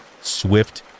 swift